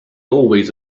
always